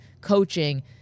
coaching